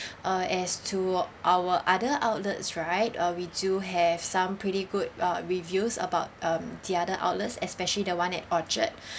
uh as to our other outlets right uh we do have some pretty good uh reviews about um the other outlets especially the one at orchard